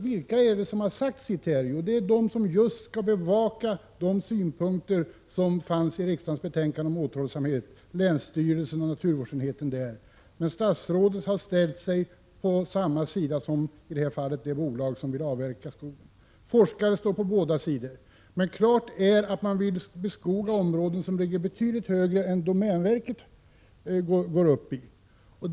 Vilka är det som har sagt sitt i frågan? Jo, det är just de som skall bevaka de krav på återhållsamhet som fanns i riksdagens betänkande, nämligen länsstyrelsen och naturvårdsenheten inom denna. Men statsrådet har ställt sig på samma sida som det bolag som i det här fallet vill avverka skog. Forskare står på båda sidor, men klart är att man vill beskoga områden som ligger betydligt högre än vad domänverket går upp i.